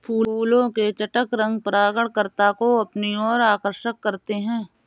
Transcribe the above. फूलों के चटक रंग परागणकर्ता को अपनी ओर आकर्षक करते हैं